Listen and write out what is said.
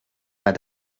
pas